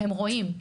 הם רואים.